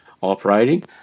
operating